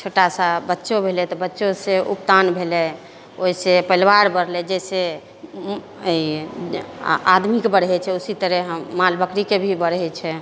छोटा सा बच्चो भेलै तऽ बच्चोसँ उगतान भेलै ओहिसँ परिवार बढ़लै जैसे ई आदमीके बढ़ै छै उसी तरह माल बकरीके भी बढ़ै छै